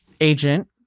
agent